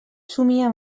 somia